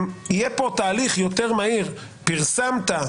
אם יהיה פה תהליך יותר מהיר, פרסמת,